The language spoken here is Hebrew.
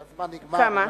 כי הזמן נגמר.